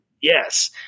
Yes